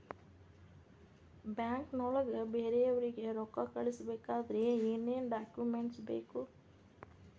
ಬ್ಯಾಂಕ್ನೊಳಗ ಬೇರೆಯವರಿಗೆ ರೊಕ್ಕ ಕಳಿಸಬೇಕಾದರೆ ಏನೇನ್ ಡಾಕುಮೆಂಟ್ಸ್ ಬೇಕು?